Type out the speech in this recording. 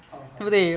好好好